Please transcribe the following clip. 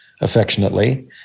affectionately